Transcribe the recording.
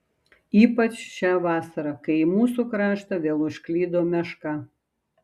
ypač šią vasarą kai į mūsų kraštą vėl užklydo meška